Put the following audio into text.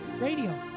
radio